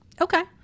Okay